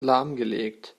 lahmgelegt